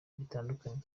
bitandukanye